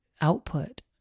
output